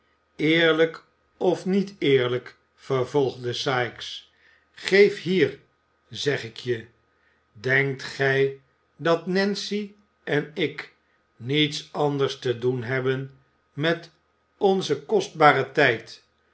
eerlijk of niet eerlijk vervolgde sikes geef hier zeg ik je denkt gij dat nancy en ik niets anders te doen hebben met onzen kostbaren tijd